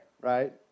right